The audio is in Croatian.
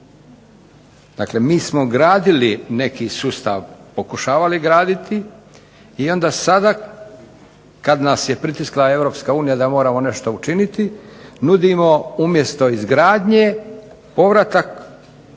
Dakle mi smo gradili neki sustav, pokušavali graditi, i onda sada kad nas je pritisla Europska unija da moramo nešto učiniti, nudimo umjesto izgradnje povratak